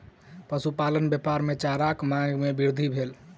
पशुपालन व्यापार मे चाराक मांग मे वृद्धि भेल